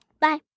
Bye